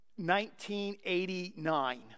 1989